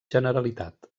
generalitat